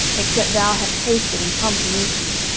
except thou hadst hasted and come to meet me,